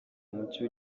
muke